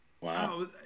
Wow